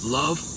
love